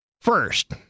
First